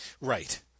Right